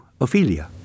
Ophelia